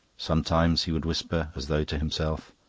sometimes he would whisper, as though to himself,